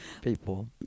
people